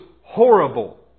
horrible